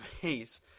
face